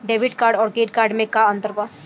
Debit card आउर credit card मे का अंतर बा?